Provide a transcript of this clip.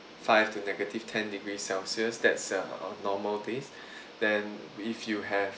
five to negative ten degrees celsius that's uh normal days then if you have